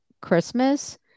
christmas